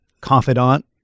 confidant